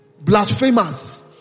blasphemous